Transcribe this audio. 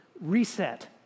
reset